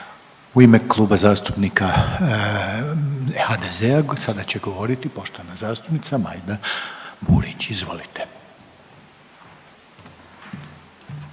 U ime Kluba zastupnika HDZ-a sada će govoriti poštovana zastupnica Majda Burić. Izvolite.